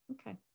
Okay